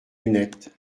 lunettes